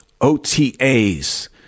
OTAs